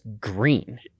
green